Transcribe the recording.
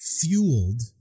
fueled